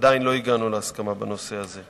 עדיין לא הגענו להסכמה בנושא הזה.